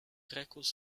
recluse